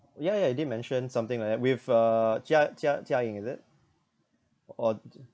yeah yeah you did mention something like that with uh jia jia jia ying is it or